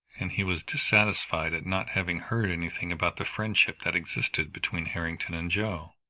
and he was dissatisfied at not having heard anything about the friendship that existed between harrington and joe.